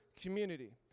community